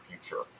future